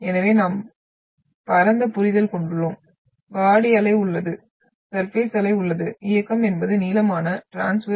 எனவே நாம் பரந்த புரிதல் கொண்டுள்ளோம் பாடி அலை உள்ளது சர்பேஸ் அலை உள்ளது இயக்கம் என்பது நீளமான டிரான்ஸ்வெர்ஸ்